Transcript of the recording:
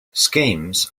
schemes